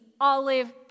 olive